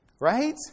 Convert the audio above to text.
Right